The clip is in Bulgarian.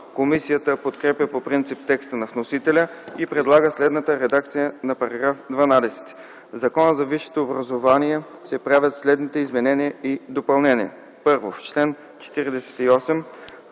Комисията подкрепя по принцип текста на вносителя и предлага следната редакция на § 12: „§ 12. В Закона за висшето образование се правят следните изменения и допълнения: